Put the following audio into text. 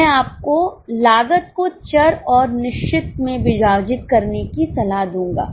मैं आपको लागत को चर और निश्चित में विभाजित करने की सलाह दूंगा